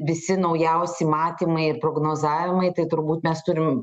visi naujausi matymai ir prognozavimai tai turbūt mes turim